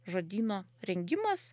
žodyno rengimas